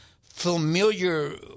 familiar